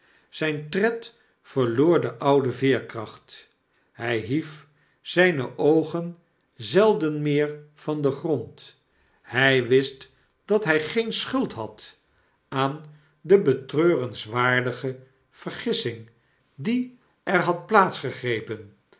zijn tred verloor de oude veerkracht hij hief zgne oogen zelden meer van den grond hjj wist dat hy gem schuld had aan de betreurenswaardige vergissing die er had plaats gegrepen